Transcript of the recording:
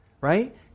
right